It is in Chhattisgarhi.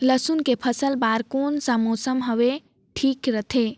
लसुन के फसल बार कोन सा मौसम हवे ठीक रथे?